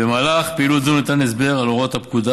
במהלך פעילות זו ניתן הסבר על הוראות הפקודה